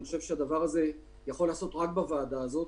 אני חושב שהדבר הזה יכול להיעשות רק בוועדה הזאת,